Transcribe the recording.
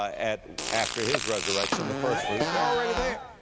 ah at, after his resurrection, the firstfruits, they're already there.